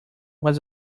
was